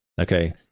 okay